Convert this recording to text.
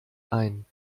ein